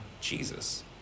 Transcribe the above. Jesus